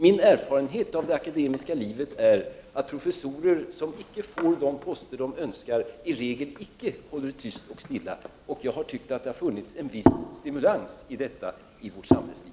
Min erfarenhet av det akademiska livet är att de professorer som icke får de poster de önskar i regel icke håller tyst och stilla. Jag har tyckt att det har funnits en viss stimulans i detta i vårt samhällsliv.